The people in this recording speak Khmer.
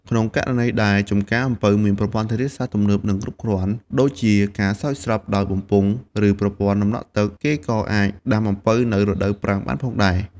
ក្នុងករណីដែលចំការអំពៅមានប្រព័ន្ធធារាសាស្ត្រទំនើប និងគ្រប់គ្រាន់ ដូចជាការស្រោចស្រពដោយបំពង់ ឬប្រព័ន្ធដំណក់ទឹក គេក៏អាចដាំអំពៅនៅ រដូវប្រាំងបានផងដែរ។